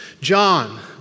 John